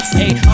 hey